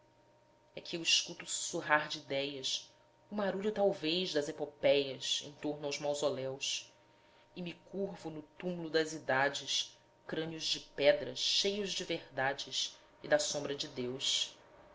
é que eu escuto o sussurrar de idéias o marulho talvez das epopéias em torno aos mausoléus e me curvo no túm'lo das idades crânios de pedra cheios de verdades e da sombra de deus